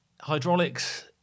hydraulics